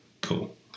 Cool